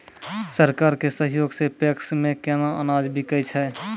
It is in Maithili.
सरकार के सहयोग सऽ पैक्स मे केना अनाज बिकै छै?